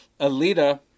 Alita